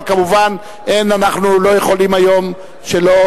אבל כמובן אנחנו לא יכולים היום שלא